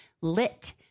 Lit